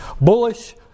bullish